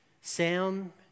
Sam